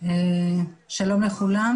שלום לכולם.